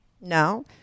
No